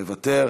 מוותר.